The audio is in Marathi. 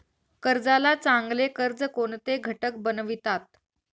कर्जाला चांगले कर्ज कोणते घटक बनवितात?